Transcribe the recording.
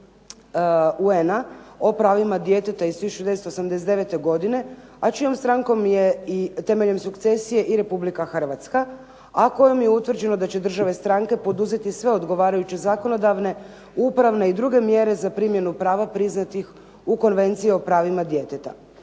konvencije UN o pravima djeteta iz 1989. godine, a čijom strankom je i temeljem sukcesije i Republika Hrvatska, a kojom je utvrđeno da će države stranke poduzeti sve odgovarajuće zakonodavne, upravne i druge mjere za primjenu prava priznatih u Konvenciji o pravima djeteta.